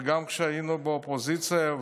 וגם כשהיינו באופוזיציה,